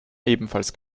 ebenfalls